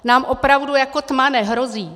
Nám opravdu jako tma nehrozí.